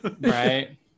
right